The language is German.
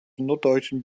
norddeutschen